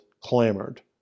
clamored